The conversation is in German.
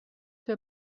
wir